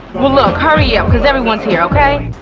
well look hurry up because everyone's here okay?